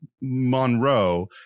Monroe